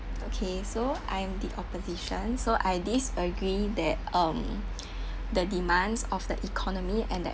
okay so I'm the opposition so I disagree that um the demands of the economy and that